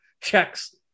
checks